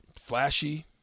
flashy